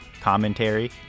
commentary